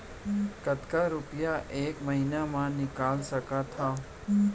कतका रुपिया एक महीना म निकाल सकथव?